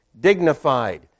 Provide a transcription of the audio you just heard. dignified